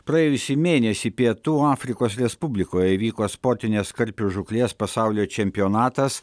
praėjusį mėnesį pietų afrikos respublikoje įvyko sportinės karpių žūklės pasaulio čempionatas